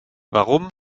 warum